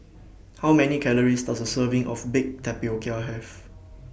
How Many Calories Does A Serving of Baked Tapioca Have